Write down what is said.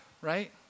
right